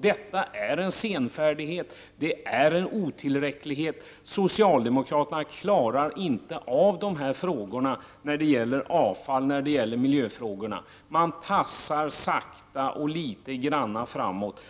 Detta är en senfärdighet, och det är en otillräcklighet. Socialdemokraterna klarar inte av avfallsoch miljöfrågorna. Man tassar sakta och litet grand framåt.